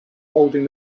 holding